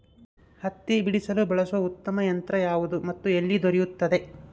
ಹತ್ತಿ ಬಿಡಿಸಲು ಬಳಸುವ ಉತ್ತಮ ಯಂತ್ರ ಯಾವುದು ಮತ್ತು ಎಲ್ಲಿ ದೊರೆಯುತ್ತದೆ?